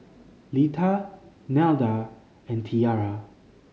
Lita Nelda and Tiarra